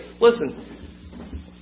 Listen